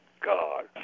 God